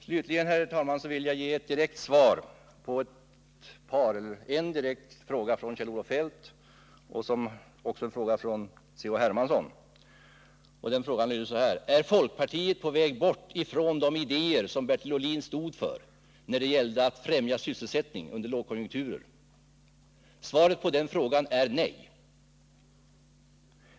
Slutligen, herr talman, vill jag ge ett direkt svar på en direkt fråga av Kjell-Olof Feldt, en fråga som också Carl-Henrik Hermansson ställde. Frågan löd: Är folkpartiet på väg bort från de idéer som Bertil Ohlin stod för när det gällde att främja sysselsättningen under lågkonjunkturer? Svaret är nej.